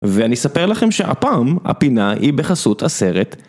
ואני אספר לכם שהפעם הפינה היא בחסות עשרת.